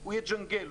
הוא יג'נגל.